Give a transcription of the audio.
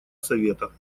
совета